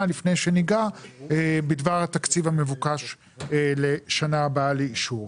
לפני שניגע בדבר התקציב המבוקש לשנה הבאה לאישור.